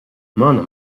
mana